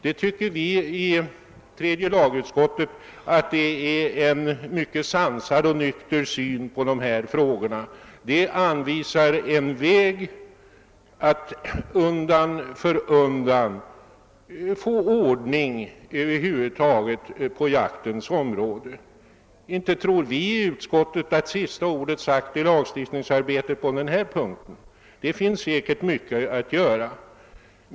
Det tycker vi i tredje lagutskottet är en mycket sansad och nykter syn på dessa frågor. Där anvisas en väg att undan för undan få en bättre ordning på jaktens område. Inte tror vi i utskottet att sista ordet är sagt i lagstiftningsarbetet på den här punkten. Det finns säkert mycket att göra.